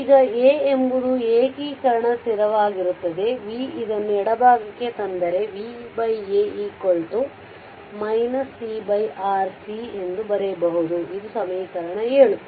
ಈಗ A ಎಂಬುದು ಏಕೀಕರಣದ ಸ್ಥಿರವಾಗಿರುತ್ತದೆ V ಇದನ್ನು ಎಡಭಾಗಕ್ಕೆ ತಂದರೆ VA t RC ಎಂದು ಬರೆಯಬಹುದು ಇದು ಸಮೀಕರಣ 7